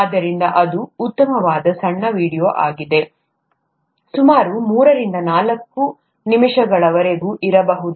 ಆದ್ದರಿಂದ ಅದು ಉತ್ತಮವಾದ ಸಣ್ಣ ವೀಡಿಯೊ ಆಗಿದೆ ಸುಮಾರು ಮೂರರಿಂದ ನಾಲ್ಕು ನಿಮಿಷಗಳವರೆಗೆ ಇರಬಹುದು